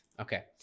Okay